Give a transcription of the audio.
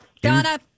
Donna